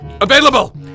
Available